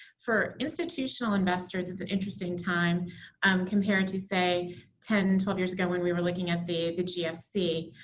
for institutional investors, it's an interesting time compared to say ten, twelve years ago when we were looking at the the gfc.